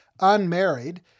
unmarried